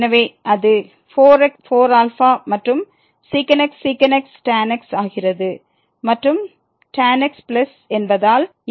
எனவே அது 4x 4α மற்றும் sec x sec x tan x ஆகிறது மற்றும் tan x பிளஸ் என்பதால் இந்த 2αx